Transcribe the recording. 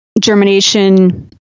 germination